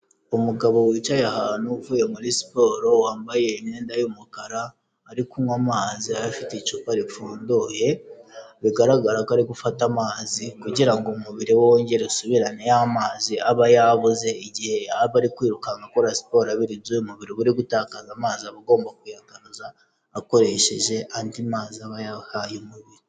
Umugabo wicaye ahantu, uvuye muri siporo, wambaye imyenda y'umukara, ari kunywa amazi afite icupa ripfunduye, bigaragara ko ari gufata amazi kugira ngo umubiri we wongere usubirane ya amazi aba yabuze igihe aba ari kwiruruka akora siporo abira ibyuya umubiri uba uri gutakaza amazi, aba gomba kuyagaruza akoresheje andi mazi aba yahaye umubiri.